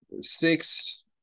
six